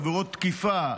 עבירות תקיפה,